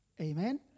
Amen